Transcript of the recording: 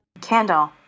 Candle